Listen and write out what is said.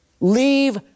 leave